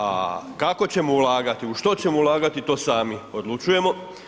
A kako ćemo ulagati, u što ćemo ulagati to sami odlučujemo.